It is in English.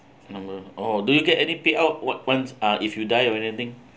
oh do you get any payout what once uh if you die or anything